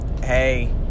hey